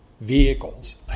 vehicles